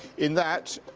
in that,